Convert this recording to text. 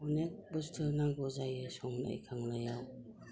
अनेग बस्थु नांगौ जायो संनाय खावनायाव